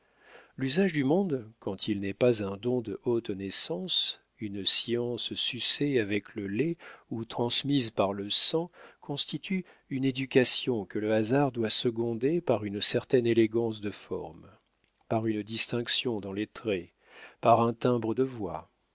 l'usage du monde quand il n'est pas un don de haute naissance une science sucée avec le lait ou transmise par le sang constitue une éducation que le hasard doit seconder par une certaine élégance de formes par une distinction dans les traits par un timbre de voix